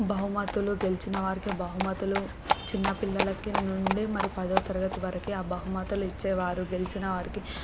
బహుమతులు గెలిచిన వారికి బహుమతులు చిన్నపిల్లలకి నుండి మరి పదవ తరగతి వరకు ఆ బహుమతులు ఇచ్చేవారు గెలిచిన వారికి